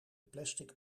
plastic